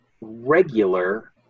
regular